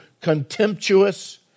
contemptuous